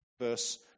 verse